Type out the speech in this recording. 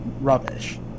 rubbish